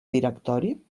directori